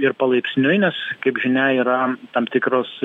ir palaipsniui nes kaip žinia yra tam tikros